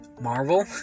Marvel